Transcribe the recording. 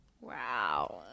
Wow